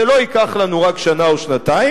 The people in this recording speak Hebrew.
זה לא ייקח לנו רק שנה או שנתיים.